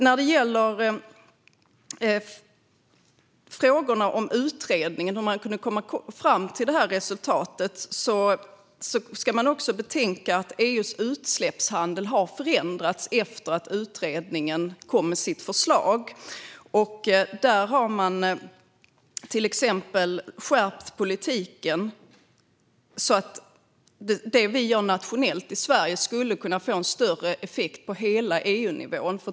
När det gäller hur utredningen kunde komma fram till det resultatet ska vi betänka att EU:s utsläppshandel har förändrats efter att utredningen lade fram sitt förslag. Man har till exempel skärpt politiken så att det som vi gör nationellt i Sverige ska kunna få större effekt på hela EU-nivån.